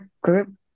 group